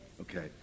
Okay